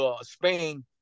Spain